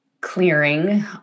clearing